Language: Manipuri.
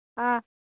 ꯑꯥ